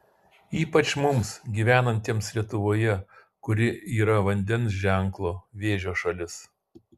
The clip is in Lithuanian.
ypač mums gyvenantiems lietuvoje kuri yra vandens ženklo vėžio šalis